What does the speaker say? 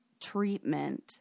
treatment